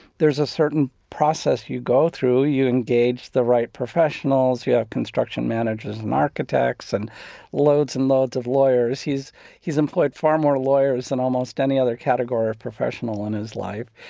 there's a certain process you go through. you engage the right professionals, you have construction managers and architects and loads and loads of lawyers. he's he's employed far more lawyers than almost any other category of professional in his life.